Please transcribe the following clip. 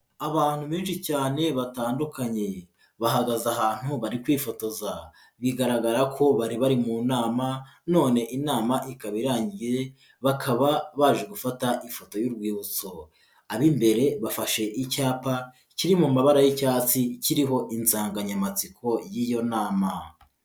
Abantu benshi cyane batandukanye, bahagaze ahantu bari kwifotoza, bigaragara ko bari bari mu nama none inama ikaba irangiye bakaba baje gufata ifoto y'urwibutso, ab'imbere bafashe icyapa kiri mu mabara y'icyatsi kiriho insanganyamatsiko y'iyo nama.